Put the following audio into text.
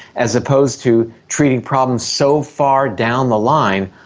as opposed to treating problems so far down the line,